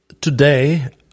today